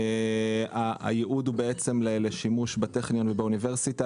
הייעוד הוא בעצם לשימוש בטכניון ובאוניברסיטה,